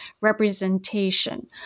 representation